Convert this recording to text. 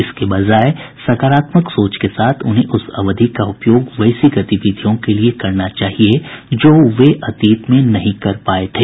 इसके बजाय सकारात्मक सोच के साथ उन्हें उस अवधि का उपयोग वैसी गतिविधियों के लिए करना चाहिए जो वह अतीत में नहीं कर पाए थे